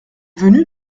venu